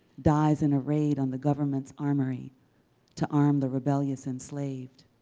dies in a raid on the government's armory to arm the rebellious enslaved.